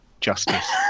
justice